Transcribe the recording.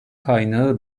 kaynağı